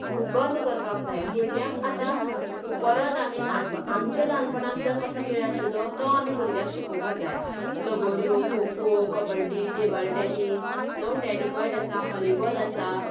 बंद करपाक जाय भुरग्यांक आतां परत आमी ल्हानपण आमचें ल्हानपणांत जे कसो खेळ आशिल्लो तो भुरग्यांक शिकोवपाक जाय लगोऱ्यो खोखो कबड्डी टेबल टेनीस जावं टेनिकाॅयड आसा हाॅलिबाॅल आसा